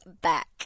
back